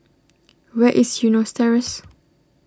where is Eunos Terrace